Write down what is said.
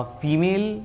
female